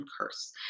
curse